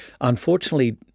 unfortunately